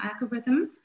algorithms